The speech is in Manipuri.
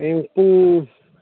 ꯍꯌꯦꯡ ꯄꯨꯡ